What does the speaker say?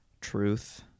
truth